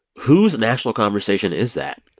whose national conversation is that?